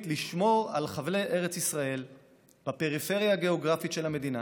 לשמור על חבלי ארץ ישראל בפריפריה הגאוגרפית של המדינה,